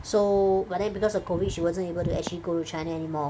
so but then because of COVID she wasn't able to actually go to China anymore